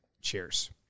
Cheers